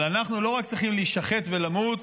אבל אנחנו לא רק צריכים להישחט ולמות,